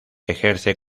ejerce